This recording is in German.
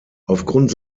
aufgrund